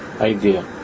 idea